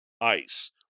ICE